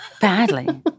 Badly